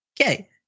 Okay